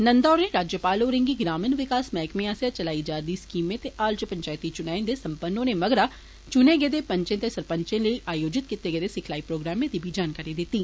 नंदा होरें राज्यपाल होरें गी ग्रामीण विकास मैहकमे आस्सेआ चलाई जारदी स्कीमें ते हाल च पंचैती चुनाए दे सम्पन्न होने मगरा चुने गेदे पंचे ते सरपंचे लेई आयोजित कीते गेदे सिखलाई प्रोग्रामें दी बी जानकारी दिती